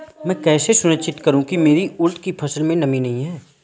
मैं कैसे सुनिश्चित करूँ की मेरी उड़द की फसल में नमी नहीं है?